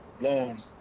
long